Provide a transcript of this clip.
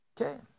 Okay